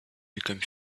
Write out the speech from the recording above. became